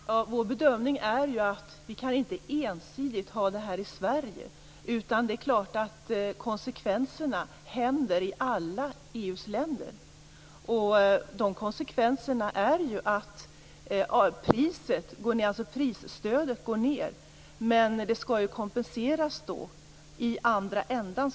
Herr talman! Vår bedömning är ju att vi inte ensidigt kan få det så här i Sverige. Konsekvenserna blir ju desamma i alla EU:s länder. Dessa konsekvenser innebär att prisstödet går ned, men detta skall ju kompenseras så att säga i andra ändan.